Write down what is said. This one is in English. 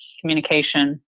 communication